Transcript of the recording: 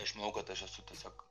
aš manau kad aš esu tiesiog